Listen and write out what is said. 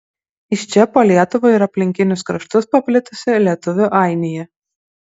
iš čia po lietuvą ir aplinkinius kraštus paplitusi lietuvių ainija